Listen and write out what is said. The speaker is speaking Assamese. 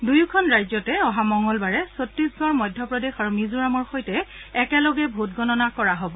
দুয়োখন ৰাজ্যতে অহা মঙলবাৰে ছট্টীশগড় মধ্য প্ৰদেশ আৰু মিজোৰামৰ সৈতে একেলগে ভোটগণনা কৰা হ'ব